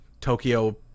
Tokyo